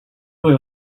will